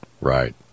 Right